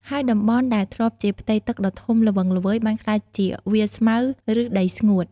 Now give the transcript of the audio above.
ហើយតំបន់ដែលធ្លាប់ជាផ្ទៃទឹកដ៏ធំល្វឹងល្វើយ បានក្លាយជាវាលស្មៅ ឬដីស្ងួត។